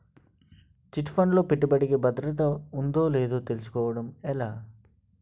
Chit fund లో పెట్టుబడికి భద్రత ఉందో లేదో తెలుసుకోవటం ఎలా?